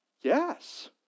yes